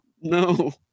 No